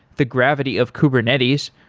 the gravity of kubernetes.